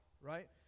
right